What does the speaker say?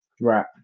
Right